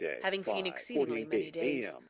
having seen exceedingly many days,